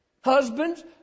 Husbands